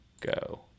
go